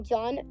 John